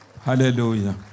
Hallelujah